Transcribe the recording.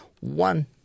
One